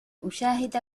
أشاهد